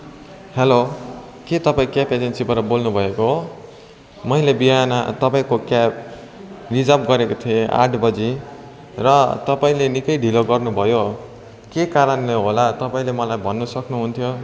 hello के तपाईँ cab एजेन्सीबाट बोल्नुभएको हो मैले बिहान तपाईँको क्याब रिजर्भ गरेको थिएँ आठ बजी र तपाईँले निकै ढिलो गर्नु भयो के कारणले होला तपाईँले मलाई भन्नु सक्नुहुन्थ्यो